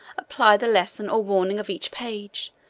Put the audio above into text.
apply the lesson or warning of each page,